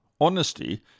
honesty